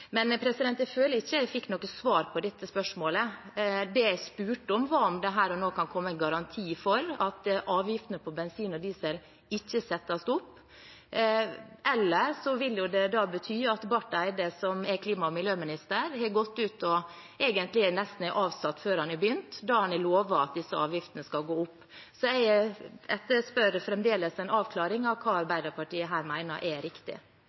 Men jeg føler ikke at jeg fikk noe svar på spørsmålet. Det jeg spurte om, var om det her og nå kan komme en garanti for at avgiftene på bensin og diesel ikke settes opp. Eller så vil det bety at Barth Eide, som er klima- og miljøminister, egentlig nesten er avsatt før han har begynt, da han har lovet at disse avgiftene skal gå opp. Så jeg etterspør fremdeles en avklaring av hva Arbeiderpartiet her mener er riktig.